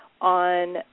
on